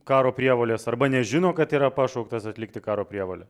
karo prievolės arba nežino kad yra pašauktas atlikti karo prievolę